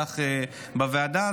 כך בוועדה.